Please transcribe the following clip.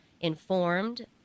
informed